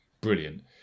Brilliant